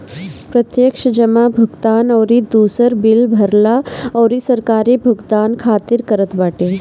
प्रत्यक्ष जमा भुगतान अउरी दूसर बिल भरला अउरी सरकारी भुगतान खातिर करत बाटे